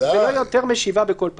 ולא יותר משבעה בכל פעם.